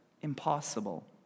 impossible